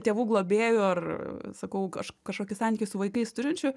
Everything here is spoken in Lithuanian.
tėvų globėjų ar sakau kaš kažkokį santykį su vaikais turinčiu